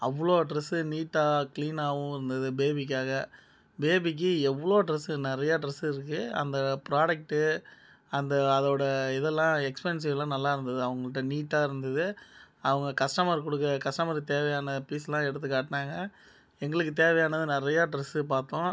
அவ்வளோ ட்ரெஸ் நீட்டாக கிளீனாகவும் இருந்தது பேபிக்காக பேபிக்கு எவ்வளோ ட்ரெஸ் நிறையா ட்ரெஸ் இருக்குது அந்த ப்ராடக்ட் அந்த அதோட இதெல்லாம் எக்ஸ்பென்சிவெலாம் நல்லா இருந்தது அவர்கள்ட்ட நீட்டாக இருந்தது அவங்க கஸ்ட்டமர் கொடுக்கற கஸ்ட்டமருக்குத் தேவையான பீஸ்யெலாம் எடுத்துக் காட்டினாங்க எங்களுக்கு தேவையானது நிறையா ட்ரெஸ் பார்த்தோம்